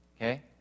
Okay